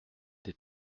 des